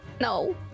No